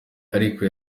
ariko